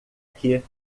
que